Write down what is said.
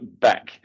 back